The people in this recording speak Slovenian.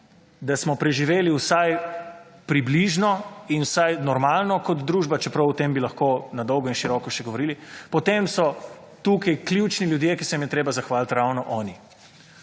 da smo preživeli vsaj približno in vsaj normalno kot dručba, čeprav o tem bi lahko na dolgo in široko še govorili, potem so tukaj ključni ljudje, ki se jim je treba zahvaliti, ravno oni.